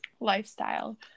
lifestyle